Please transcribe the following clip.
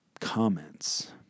comments